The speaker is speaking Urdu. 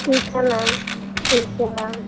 ٹھیک ہے میم ٹھیک ہے میم